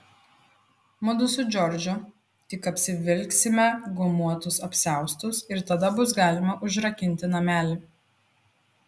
mudu su džordžu tik apsivilksime gumuotus apsiaustus ir tada bus galima užrakinti namelį